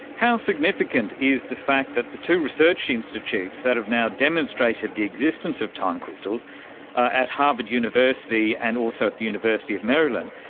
how significant is the fact that the two research institutes that have now demonstrated the existence of time crystals are at harvard university and also at the university of maryland,